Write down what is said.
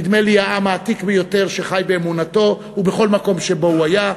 נדמה לי העם העתיק ביותר שחי באמונתו ובכל מקום שבו הוא היה.